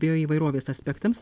bioįvairovės aspektams